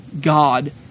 God